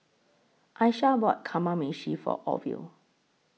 Aisha bought Kamameshi For Orvil